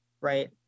right